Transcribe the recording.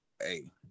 hey